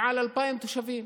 מעל 2,000 תושבים,